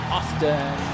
Austin